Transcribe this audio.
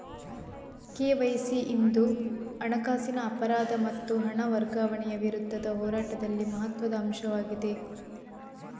KYC ಇಂದು ಹಣಕಾಸಿನ ಅಪರಾಧ ಮತ್ತು ಹಣ ವರ್ಗಾವಣೆಯ ವಿರುದ್ಧದ ಹೋರಾಟದಲ್ಲಿ ಮಹತ್ವದ ಅಂಶವಾಗಿದೆ